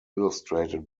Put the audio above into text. illustrated